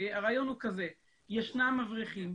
ישנם אברכים,